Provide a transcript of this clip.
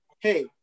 hey